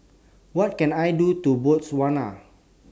What Can I Do in Botswana